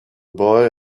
boy